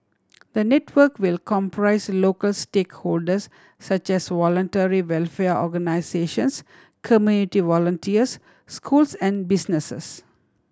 the network will comprise local stakeholders such as voluntary welfare organisations community volunteers schools and businesses